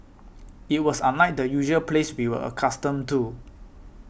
it was unlike the usual peace we were accustomed to